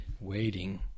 waiting